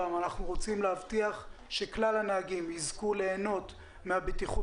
אנחנו רוצים להבטיח שכלל הנהגים יזכו ליהנות מהבטיחות